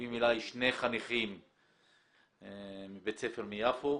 נלווים אליי שני חניכים מבית ספר מיפו,